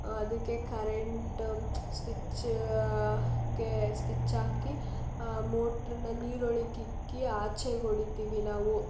ಅದಕ್ಕೆ current switch ಗೆ switch ಹಾಕಿ ಆ ಮೋಟ್ರನ ನೀರ ಒಳಕ್ಕೆ ಇಕ್ಕಿ ಆಚೆಗೆ ಹೊಡಿತೀವಿ ನಾವು